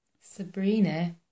Sabrina